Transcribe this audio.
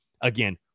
Again